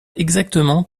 exactement